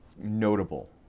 notable